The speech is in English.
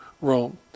Rome